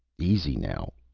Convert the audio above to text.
easy now,